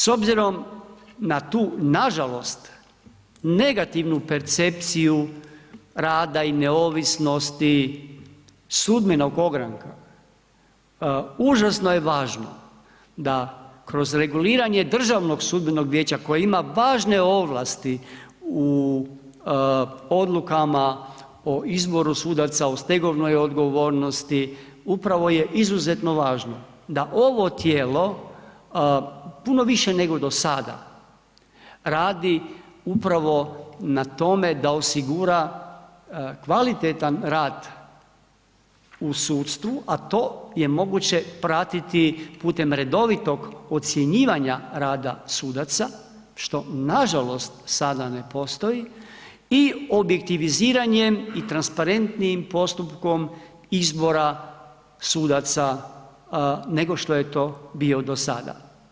S obzirom na tu, nažalost, negativnu percepciju rada i neovisnosti sudbenog ogranka, užasno je važno da kroz reguliranje DSV-a koje ima važne ovlasti u odlukama o izboru sudaca, o stegovnoj odgovornosti, upravo je izuzetno važno da ovo tijelo, puno više nego do sada radi upravo na tome da osigura kvalitetan rad u sudstvu, a to je moguće pratiti putem redovitog ocjenjivanja rada sudaca, što nažalost sada ne postoji i objektiviziranjem i transparentnijim postupkom izbora sudaca nego što je to bio do sada.